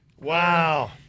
Wow